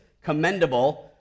commendable